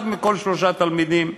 אחד מכל שלושה תלמידים.